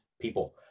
People